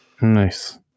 Nice